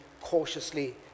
cautiously